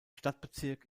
stadtbezirk